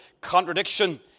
contradiction